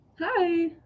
Hi